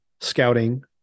scouting